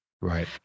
Right